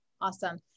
Awesome